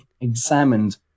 examined